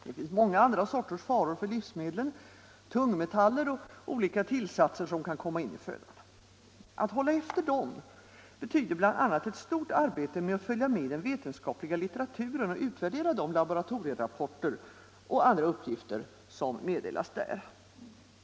Det finns många andra sorters faror för livsmedlen, särskilt tungmetaller och olika tillsatser som kan komma in i födan. Att hålla efter dem betyder bl.a. ett stort arbete med att följa med i den vetenskapliga litteraturen och utvärdera de laboratorierapporter och andra uppgifter som meddelas där.